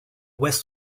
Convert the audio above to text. west